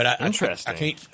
Interesting